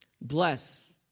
Bless